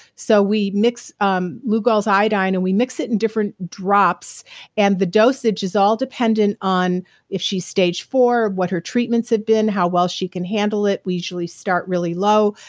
so we mix um lugol's iodine and we mix it in different drops and the dosage is all dependent on if she's stage four, what her treatments had been how well she can handle it. we usually start really low.